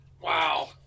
wow